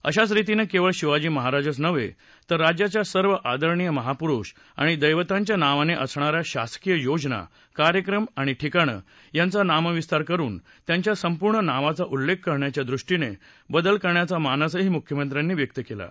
अशाच रीतीने केवळ शिवाजी महाराजच नव्हे तर राज्याच्या सर्व आदरणीय महापुरुष आणि दैवतांच्या नावाने असणाऱ्या शासकीय योजना कार्यक्रम आणि ठिकाणं यांचा नामविस्तार करून त्यांच्या संपूर्ण नावाचा उल्लेख करण्याच्या दृष्टीनं बदल करण्याचा मानसही मुख्यमंत्र्यांनी व्यक्त केला आहे